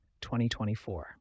2024